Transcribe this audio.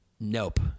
Nope